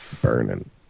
Burning